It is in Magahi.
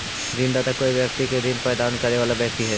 ऋणदाता कोई व्यक्ति के ऋण प्रदान करे वाला व्यक्ति हइ